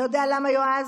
אתה יודע למה, יועז?